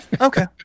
Okay